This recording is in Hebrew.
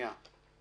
אני